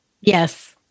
yes